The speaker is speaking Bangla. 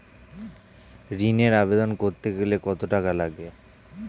ঋণের আবেদন করতে গেলে কত টাকা লাগে?